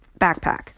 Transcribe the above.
backpack